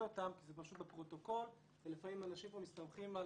אותן כי זה פשוט בפרוטוקול ולפעמים אנשים פה מסתמכים על